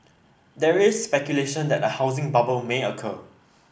there is speculation that a housing bubble may occur